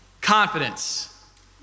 Confidence